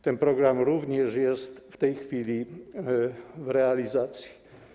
Ten program również jest w tej chwili w realizacji.